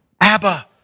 Abba